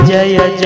Jaya